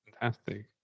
Fantastic